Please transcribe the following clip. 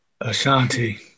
Ashanti